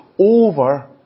over